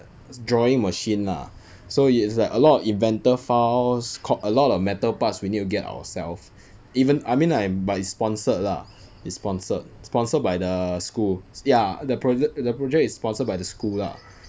a drawing machine lah so it's like a lot of inventor files got a lot of metal parts we need to get ourselves even~ I mean like but it's sponsored lah is sponsored sponsored by the school ya the proj~ the project is sponsored by the school lah